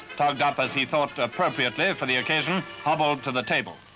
togged up as he thought appropriately for the occasion, hobbled to the table.